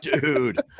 Dude